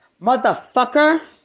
Motherfucker